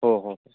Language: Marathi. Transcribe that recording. हो हो